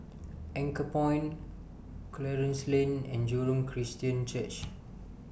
Anchorpoint Clarence Lane and Jurong Christian Church